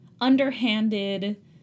underhanded